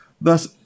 Thus